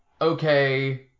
okay